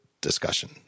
discussion